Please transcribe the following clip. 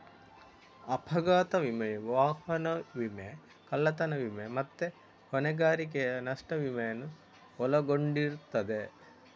ಅಪಘಾತ ವಿಮೆಯು ವಾಹನ ವಿಮೆ, ಕಳ್ಳತನ ವಿಮೆ ಮತ್ತೆ ಹೊಣೆಗಾರಿಕೆಯ ನಷ್ಟ ವಿಮೆಯನ್ನು ಒಳಗೊಂಡಿರ್ತದೆ